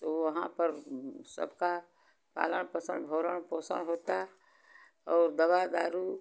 तो वहाँ पर सबका पालन पोषण भरण पोषण होता और दवा दारू